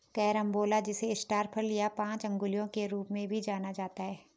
carambola जिसे star फल या पांच अंगुलियों के रूप में भी जाना जाता है